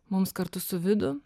mums kartu su vidu